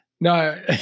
No